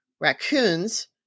raccoons